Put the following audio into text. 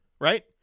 right